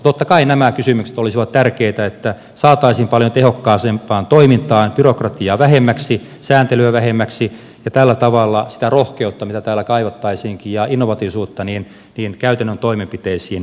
totta kai nämä kysymykset olisivat tärkeitä että saataisiin paljon tehokkaampaa toimintaa byrokratiaa vähemmäksi sääntelyä vähemmäksi ja tällä tavalla sitä rohkeutta mitä täällä kaivattaisiinkin ja innovatiivisuutta käytännön toimenpiteisiin enemmän